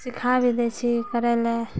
सिखा भी दै छियै करै लए